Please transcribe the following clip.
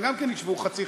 הם גם כן ישבו חצי-חצי,